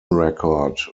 record